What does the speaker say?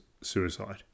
Suicide